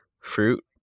Fruit